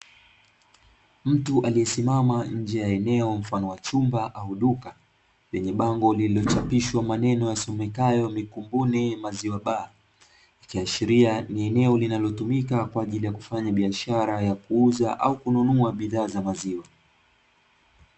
Mtu aliyesimama nje ya eneo mfano wa duka au chumba, lenye bango lenye maneno yasomekayo mikumbuni maziwa baa, ikiashiria ni eneo kwa ajili ya kuuza au kununua bidhaa za maziwa.